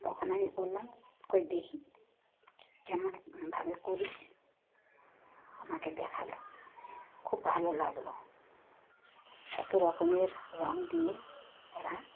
তখন আমি বললাম কই দেখি কেমনভাবে করিস আমাকে দেখালো খুব ভালো লাগলো কত রকমের রঙ দিয়ে ওরা